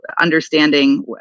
understanding